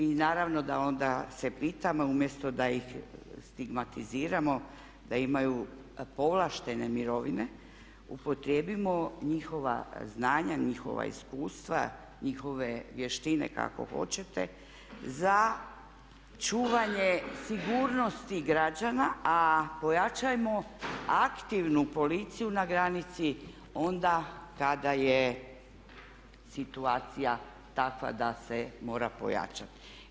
I naravno da onda se pitamo, umjesto da ih stigmatiziramo da imaju povlaštene mirovine upotrijebimo njihova znanja, njihova iskustva, njihove vještine kako hoćete za čuvanje sigurnosti građana a pojačajmo aktivnu policiju na granici onda kada je situacija takva da se mora pojačati.